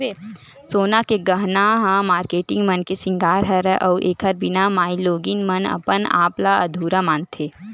सोना के गहना ह मारकेटिंग मन के सिंगार हरय अउ एखर बिना माइलोगिन मन अपन आप ल अधुरा मानथे